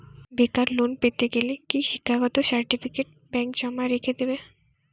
বেকার লোন পেতে গেলে কি শিক্ষাগত সার্টিফিকেট ব্যাঙ্ক জমা রেখে দেবে?